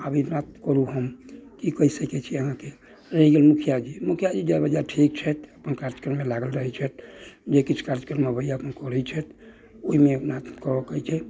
आब ई बात करू हम कि कहि सकैत छी अहाँकेँ रहि गेल मुखिआजी मुखिआ जी जे बजैत ठीक छथि अपन कार्यक्रममे लागल रहैत छथि जे किछु कार्यक्रम अबैया अपन करैत छथि ओहिमे अपना कऽ कहैत छै